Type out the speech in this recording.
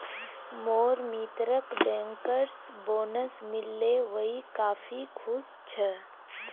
मोर मित्रक bankers bonus मिल ले वइ काफी खुश छ